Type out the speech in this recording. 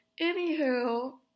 Anywho